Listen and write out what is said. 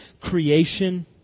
creation